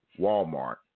Walmart